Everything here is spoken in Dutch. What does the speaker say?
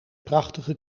prachtige